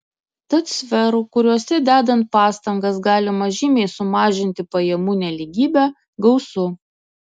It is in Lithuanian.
tad sferų kuriose dedant pastangas galima žymiai sumažinti pajamų nelygybę gausu